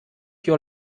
your